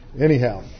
Anyhow